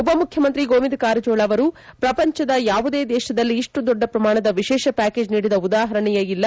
ಉಪಮುಖ್ಯಮಂತ್ರಿ ಗೋವಿಂದ ಕಾರಜೋಳ ಅವರು ಪ್ರಪಂಚದ ಯಾವುದೇ ದೇಶದಲ್ಲಿ ಇಷ್ಟು ದೊಡ್ಡ ಪ್ರಮಾಣದ ವಿಶೇಷ ಪ್ಯಾಕೇಜ್ ನೀಡಿದ ಉದಾಹರಣೆ ಇಲ್ಲ